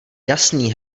jasný